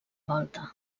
volta